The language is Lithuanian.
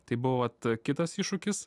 tai buvo vat kitas iššūkis